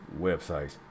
websites